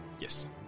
Yes